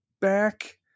back